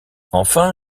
enfin